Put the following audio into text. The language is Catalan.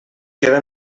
queda